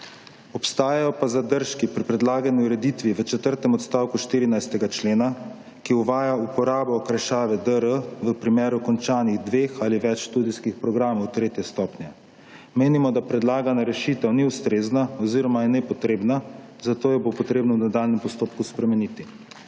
Obstajajo pa zadržki pri predlagani ureditvi v četrtem odstavku 14. člena, ki uvaja uporabo okrajšave dr. v primeru končanih dveh ali več študijskih programov 3. stopnje. Menimo, da predlagana rešitev ni ustrezna oziroma je nepotrebna, zato jo bo potrebno v nadaljnjem postopku spremeniti.